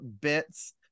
bits